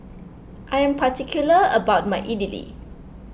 I am particular about my Idili